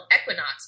Equinox